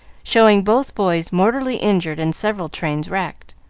showing both boys mortally injured and several trains wrecked.